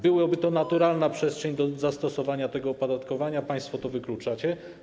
Byłaby to naturalna przestrzeń do zastosowania tego opodatkowania, a państwo to wykluczacie.